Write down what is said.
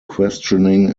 questioning